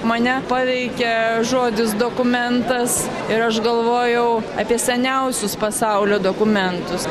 mane paveikia žodis dokumentas ir aš galvojau apie seniausius pasaulio dokumentus